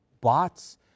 bots